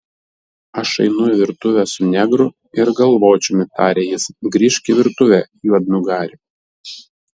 aš einu į virtuvę su negru ir galvočiumi tarė jis grįžk į virtuvę juodnugari